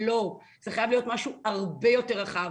לא, זה חייב להיות משהו הרבה יותר רחב,